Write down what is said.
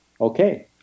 okay